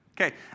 Okay